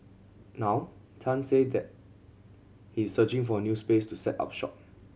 now Tan said that he is searching for a new space to set up shop